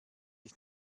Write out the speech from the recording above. ich